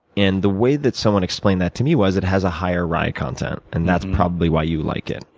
and the way that someone explained that to me was it has a higher rye content. and that's probably why you like it.